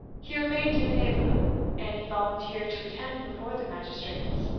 he remained in the neighborhood and he volunteered to attend before the magistrates.